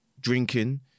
drinking